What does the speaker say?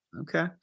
Okay